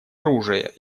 оружия